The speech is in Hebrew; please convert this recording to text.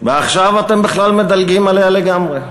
ועכשיו אתם בכלל מדלגים עליה לגמרי.